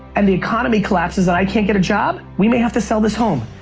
and the economy collapses and i can't get a job, we may have to sell this home,